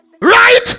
Right